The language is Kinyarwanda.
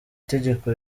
tegeko